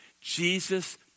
Jesus